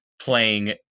playing